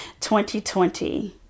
2020